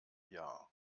jahr